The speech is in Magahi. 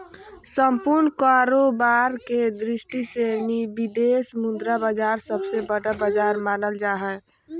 सम्पूर्ण कारोबार के दृष्टि से विदेशी मुद्रा बाजार सबसे बड़ा बाजार मानल जा हय